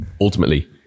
ultimately